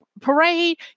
parade